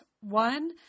One